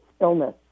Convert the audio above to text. illness